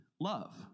love